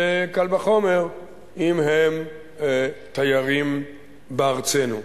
וקל וחומר אם הם תיירים בארצנו.